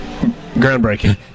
Groundbreaking